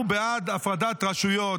אנחנו בעד הפרדת רשויות,